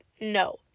no